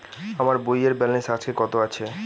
আমার বইয়ের ব্যালেন্স আজকে কত আছে?